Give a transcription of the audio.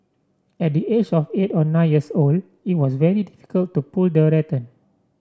at the age of eight or nine years old it was very difficult to pull the rattan